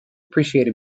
appreciate